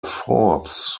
forbes